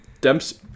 Dempsey